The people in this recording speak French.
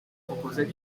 proposent